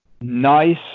nice